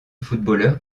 footballeur